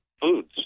foods